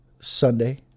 Sunday